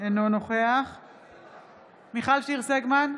אינו נוכח מיכל שיר סגמן,